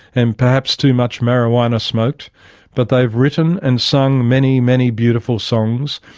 and perhaps too much marihuana smoked but they've written and sung many, many beautiful songs.